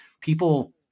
people